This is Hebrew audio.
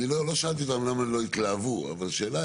אני לא שאלתי למה לא התלהבו, אבל, שאלה,